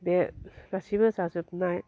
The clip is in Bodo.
बे गासिबो जाजोबनाय